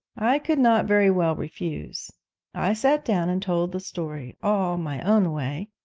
i could not very well refuse i sat down and told the story, all my own way.